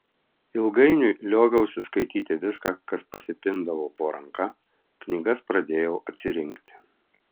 ilgainiui lioviausi skaityti viską kas pasipindavo po ranka knygas pradėjau atsirinkti